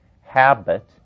Habit